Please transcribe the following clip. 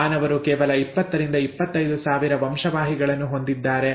ಮಾನವರು ಕೇವಲ 20ರಿಂದ 25 ಸಾವಿರ ವಂಶವಾಹಿಗಳನ್ನು ಹೊಂದಿದ್ದಾರೆ